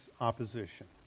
opposition